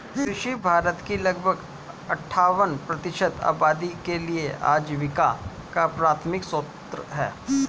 कृषि भारत की लगभग अट्ठावन प्रतिशत आबादी के लिए आजीविका का प्राथमिक स्रोत है